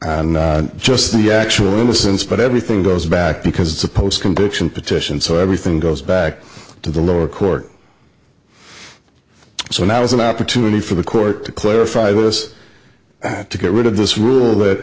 and just the actual innocence but everything goes back because it's a post conviction petition so everything goes back to the lower court so now there's an opportunity for the court to clarify this to get rid of this rule that